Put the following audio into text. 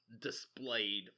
displayed